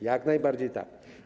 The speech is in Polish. Jak najbardziej tak.